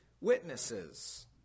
witnesses